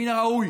מן הראוי